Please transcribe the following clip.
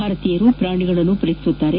ಭಾರತೀಯರು ಪ್ರಾಣಿಗಳನ್ನು ಪ್ರೀತಿಸುತ್ತಾರೆ